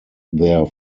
their